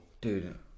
Dude